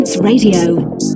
Radio